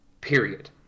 Period